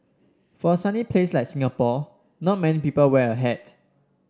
for a sunny place like Singapore not many people wear a hat